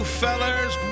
fellers